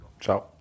Ciao